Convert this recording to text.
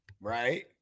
right